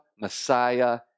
Messiah